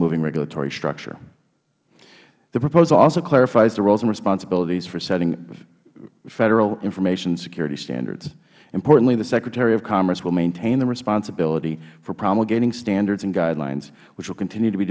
moving regulatory structure the proposal also clarifies the roles and responsibilities for setting federal information security standards importantly the secretary of commerce will maintain the responsibility for promulgating standards and guidelines which will continue to be